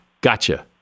gotcha